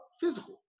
physical